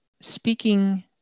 speaking